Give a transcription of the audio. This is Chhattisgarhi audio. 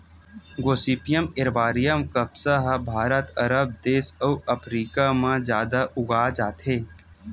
गोसिपीयम एरबॉरियम कपसा ह भारत, अरब देस अउ अफ्रीका म जादा उगाए जाथे